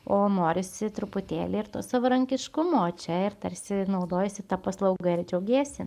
o norisi truputėlį ir to savarankiškumo čia ir tarsi naudojiesi ta paslauga ir džiaugiesi